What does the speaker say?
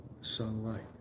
sunlight